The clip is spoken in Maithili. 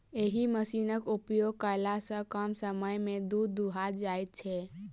एहि मशीनक उपयोग कयला सॅ कम समय मे दूध दूहा जाइत छै